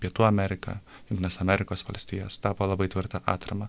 pietų ameriką jungtines amerikos valstijas tapo labai tvirta atrama